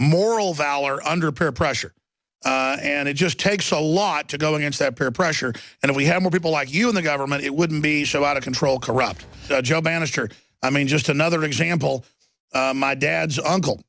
moral valor under peer pressure and it just takes a lot to go against that peer pressure and if we have more people like you in the government it wouldn't be so out of control corrupt joe banister i mean just another example my dad's uncle